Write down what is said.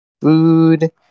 food